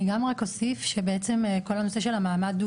אני גם רק אוסיף שבעצם כל הנושא של המעמד הוא